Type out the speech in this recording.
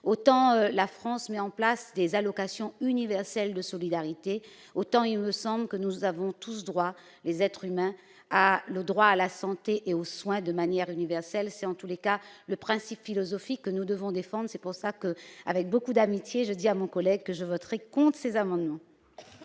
autant la France met en place des allocations universelles de solidarité, autant il me semble que nous avons tous droits les être humain a le droit à la santé et aux soins de manière universelle, c'est en tous les cas le principe philosophique que nous devons défendre, c'est pour ça que avec beaucoup d'amitié, je dis à mon collègue que je voterai compte ces amendements.